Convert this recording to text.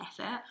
effort